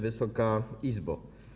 Wysoka Izbo!